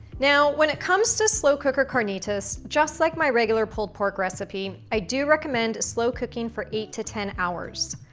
now, when it comes to slow cooker carnitas, just like my regular pulled pork recipe, i do recommend slow cooking for eight to ten hours.